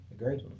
Agreed